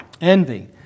Envy